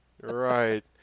Right